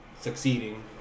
succeeding